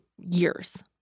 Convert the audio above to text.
years